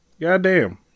goddamn